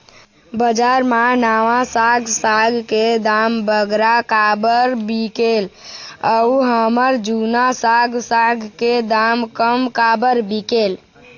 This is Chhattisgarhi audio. बजार मा नावा साग साग के दाम बगरा काबर बिकेल अऊ हमर जूना साग साग के दाम कम काबर बिकेल?